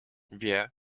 wie